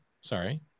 sorry